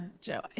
Joe